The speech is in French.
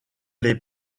les